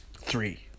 Three